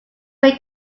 made